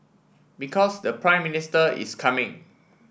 because the Prime Minister is coming